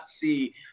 see